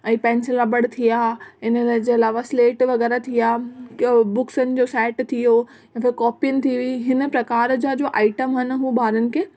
ऐं पेंसिल रबड़ थी विया इनजे अलावा स्लेट वग़ैराह थी विया ॿियो बुक्सनि जो सेट थी वियो कॉपिन थी वयी हिन प्रकार जा जो आइटम आहिनि हू ॿारनि खे